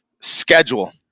schedule